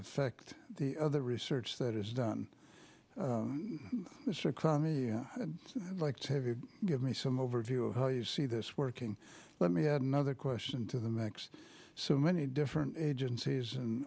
affect the other research that is done it's a crummy like give me some overview of how you see this working let me add another question to the mix so many different agencies and